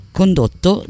condotto